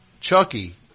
Chucky